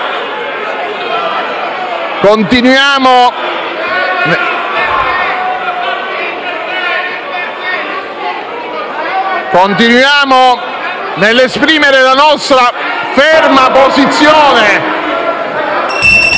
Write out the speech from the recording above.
Continuiamo nell'esprimere la nostra ferma posizione,